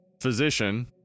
physician